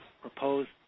proposed